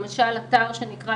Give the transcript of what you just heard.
למשל אתר שנקרא